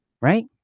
Right